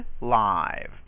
live